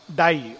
die